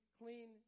clean